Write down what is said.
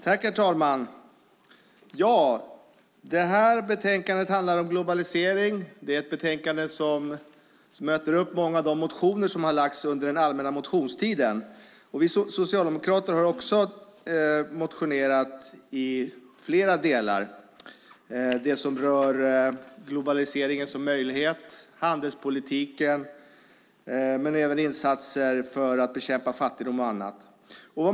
Herr talman! Detta betänkande handlar om globalisering. Det är ett betänkande där många av de motioner som har väckts under den allmänna motionstiden behandlas. Vi socialdemokrater har också motionerat i flera delar. Det rör globaliseringen som möjlighet, handelspolitiken men även insatser för att bekämpa fattigdom och annat.